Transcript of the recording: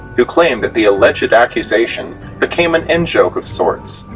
who claim that the alleged accusation became an in-joke of sorts,